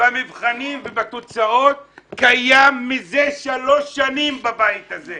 במבחנים ובתוצאות קיימים מזה שלוש שנים בבית הזה.